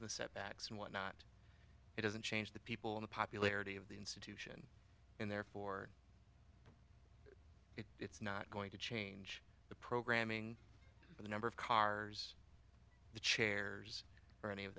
the setbacks and whatnot it doesn't change the people in the popularity of the institution and therefore it's not going to change the programming or the number of cars the chairs or any of